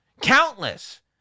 Countless